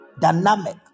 dynamic